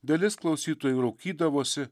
dalis klausytojų raukydavosi